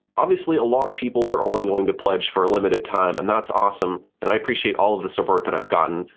obviously, a lot of people are only going to pledge for a limited time, and that's awesome. and i appreciate all of the support that i've gotten,